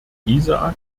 isaak